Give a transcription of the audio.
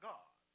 God